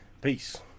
peace